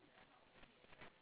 okay okay